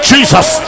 Jesus